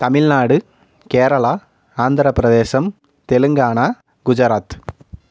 Tamil Nadu Kerala Andhra Pradesh Telangana Gujarat